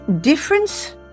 difference